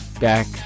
back